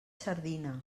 sardina